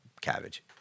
cabbage